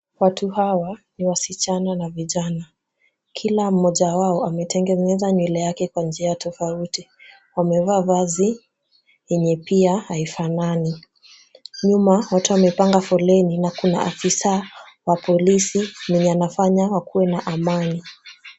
Watu hawa ni wasichana na vijana. Kila mmoja wao ametengeneza nywele yake kwa njia tofauti. Wamevaa vazi yenye pia haifanani. Nyuma watu wamepanga foleni na kuna afisa wa polisi mwenye anafanya wakuwe na amani.